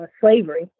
slavery